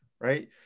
right